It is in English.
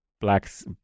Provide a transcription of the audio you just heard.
blacks